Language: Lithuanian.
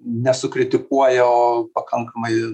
ne sukritikuoja o pakankamai